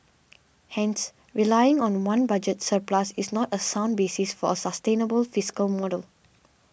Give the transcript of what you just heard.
hence relying on one budget surplus is not a sound basis for a sustainable fiscal model